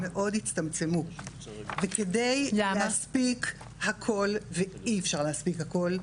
מאוד הצטמצמו וכדי להספיק הכול ואי אפשר להספיק הכול,